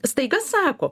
staiga sako